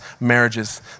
marriages